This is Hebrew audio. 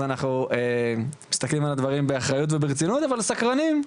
אז אנחנו מסתכלים על הדברים באחריות וברצינות אבל סקרנים.